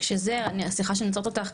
שזה סליחה שאני עוצרת אותך,